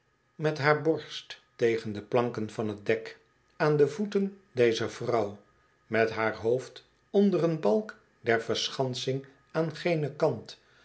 met haar boist tegen de planken van t dek aan de voeten dezer vrouw met haar hoofd onder een balk der verschansing aan genen kant